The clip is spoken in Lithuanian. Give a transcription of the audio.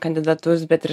kandidatus bet ir